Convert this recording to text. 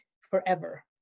forever